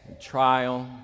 trial